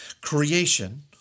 Creation